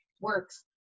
works